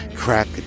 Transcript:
Crack